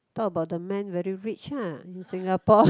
talk about the man very rich in ah in singapore